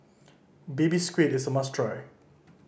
Baby Squid is a must try